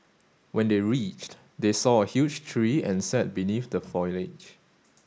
when they reached they saw a huge tree and sat beneath the foliage